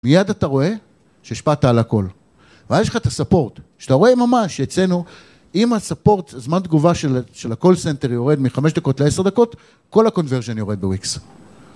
מיד אתה רואה שהשפעת על הקול, ואז יש לך את ה-support, שאתה רואה ממש, יצאנו, אם ה-support, זמן תגובה של ה-call center יורד מ-5 דקות ל-10 דקות, כל ה-conversion יורד בוויקס.